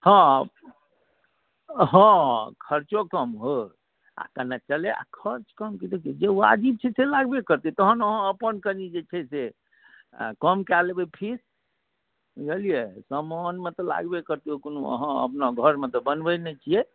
हँ हँ खर्चो कम होय आ कने चलए आ खर्च कम की देखियौ जे वाजिब छै से लगबे करतै तहन हँ अपन कनी जे छै से कम कए लेबै फीस बुझलियै सामानमे तऽ लगबे करतै ओ कोनो अहाँ अपना घरमे तऽ बनबैत नहि छियै